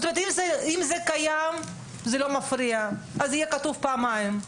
אם זה קיים, זה לא מפריע ואז זה יהיה כתוב פעמיים,